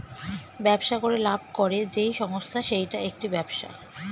ব্যবসা করে লাভ করে যেই সংস্থা সেইটা একটি ব্যবসা